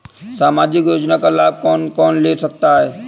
सामाजिक योजना का लाभ कौन कौन ले सकता है?